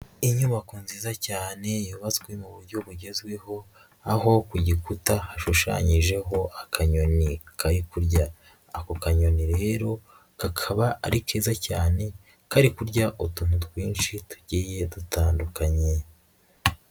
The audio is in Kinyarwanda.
Inyubako nziza cyane yubatswe mu buryo bugezweho aho ku gikuta hashushanyijeho akanyoni kari kurya, ako kanyoni rero kakaba ari keza cyane kari kurya utuntu twinshi tugiye dutandukanye.